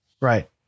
Right